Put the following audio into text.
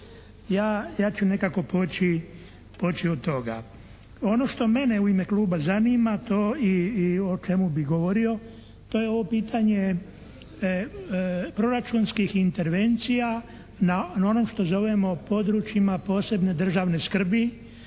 Ja ću nekako poći od toga. Ono što mene u ime kluba zanima to i o čemu bih govorio to je ovo pitanje proračunskih intervencija na ono što zovemo područjima posebne državne skrbi